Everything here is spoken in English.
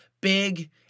big